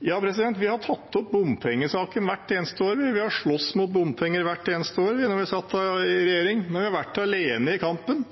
vi har tatt opp bompengesaken hvert eneste år. Vi sloss mot bompenger hvert eneste år da vi satt i regjering, men vi har vært alene i kampen.